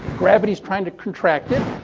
gravity's trying to contract it.